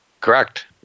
Correct